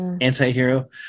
anti-hero